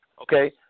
Okay